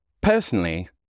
Personally